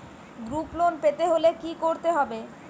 Group loan পেতে হলে কি করতে হবে?